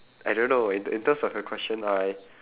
I don't know in in terms of your question I